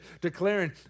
declaring